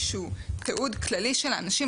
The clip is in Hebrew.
שהוא תיעוד כללי של האנשים,